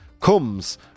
comes